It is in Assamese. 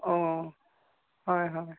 অঁ হয় হয়